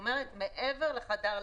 שמעבר לחדר לידה,